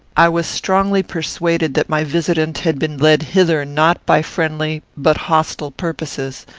i was strongly persuaded that my visitant had been led hither not by friendly but hostile purposes.